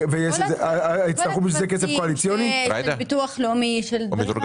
כל הטפסים של הביטוח הלאומי ודברים מהסוג הזה.